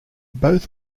both